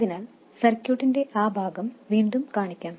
അതിനാൽ സർക്യൂട്ടിന്റെ ആ ഭാഗം വീണ്ടും കാണിക്കാം